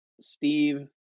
Steve